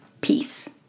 peace